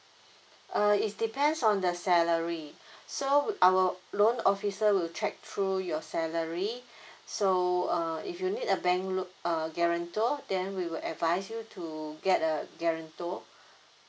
uh it depends on the salary so wou~ our loan officer will check through your salary so uh if you need a bank loa~ uh guarantor then we will advise you to get the guarantor